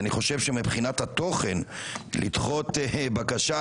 אני חושב שמבחינת התוכן לדחות בקשה